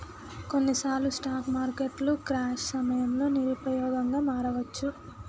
కొన్నిసార్లు స్టాక్ మార్కెట్లు క్రాష్ సమయంలో నిరుపయోగంగా మారవచ్చు